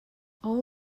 all